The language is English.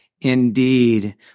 indeed